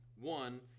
One